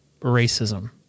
racism